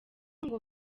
ngo